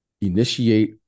initiate